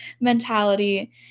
mentality